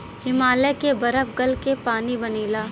हिमालय के बरफ गल क पानी बनेला